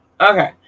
Okay